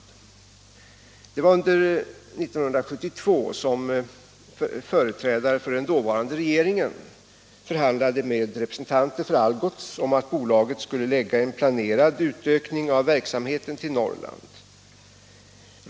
Under 1972 förhandlade företrädare för den dåvarande regeringen med representanter för Algots om att bolaget skulle förlägga en planerad utökning av verksamheten till Norrland.